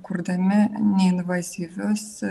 kurdami neinvazyvius